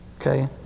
Okay